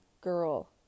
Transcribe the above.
girl